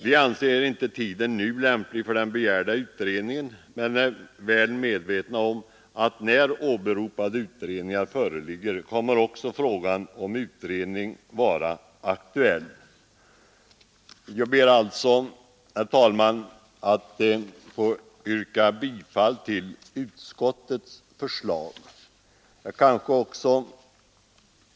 Vi anser inte tiden nu lämplig för den begärda utredningen men är väl medvetna om att när åberopade utredningar föreligger kommer också frågan om en sådan utredning att vara aktuell. Jag ber alltså, herr talman, att få yrka bifall till utskottets förslag.